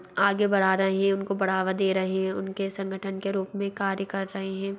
आगे बढ़ा रहे है उनको बढ़ावा दे रहे है उनके संगठन के रूप मे कार्य कर रहे है